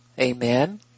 Amen